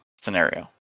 scenario